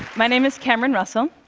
my name is cameron russell,